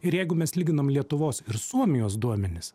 ir jeigu mes lyginam lietuvos ir suomijos duomenis